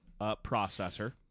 processor